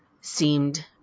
seemed